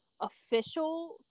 official